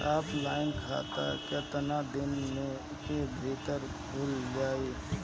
Offline खाता केतना दिन के भीतर खुल जाई?